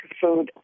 food